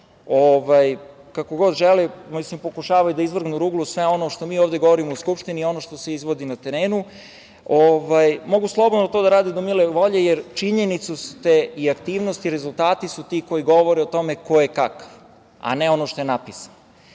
kako god žele, pokušavaju da izvrnu ruglu sve ono što mi ovde govorimo u Skupštini i ono što se izvodi na terenu. Mogu slobodno to da rade do mile volje, jer činjenice, aktivnosti i rezultati su ti koji govore o tome kakav, a ne ono što je napisano. Tako